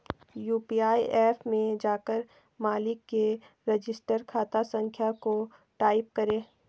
UPI app में जाकर मालिक के रजिस्टर्ड खाता संख्या को टाईप करें